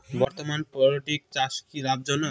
বর্তমানে পোলট্রি চাষ কি লাভজনক?